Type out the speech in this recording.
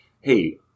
hey